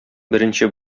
беренче